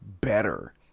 better